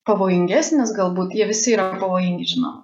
pavojingesnis galbūt jie visi yra pavojingi žinoma